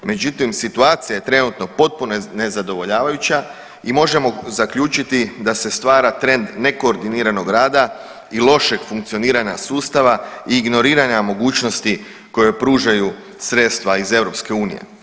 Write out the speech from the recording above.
Međutim, situacija je trenutno potpuno nezadovoljavajuća i možemo zaključiti da se stvara trend nekoordiniranog rada i lošeg funkcioniranja sustava i ignoriranja mogućnosti koje pružaju sredstva iz EU.